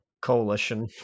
Coalition